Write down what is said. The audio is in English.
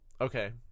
Okay